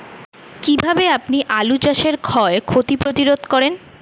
কীভাবে আপনি আলু চাষের ক্ষয় ক্ষতি প্রতিরোধ করেন?